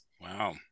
Wow